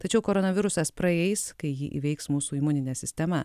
tačiau koronavirusas praeis kai jį įveiks mūsų imuninė sistema